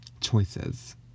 choices